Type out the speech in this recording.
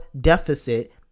deficit